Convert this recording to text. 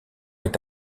est